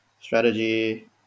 strategy